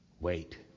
Wait